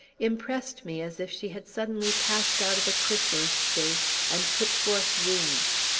impressed me as if she had suddenly passed out of a chrysalis state and put forth wings.